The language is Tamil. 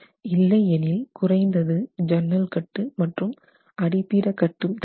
இல்லையெனில் குறைந்தது சன்னல் கட்டு மற்றும் அடிப்பீட கட்டு தர வேண்டும்